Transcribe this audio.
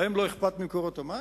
להם לא אכפת ממקורות המים?